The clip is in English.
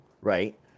right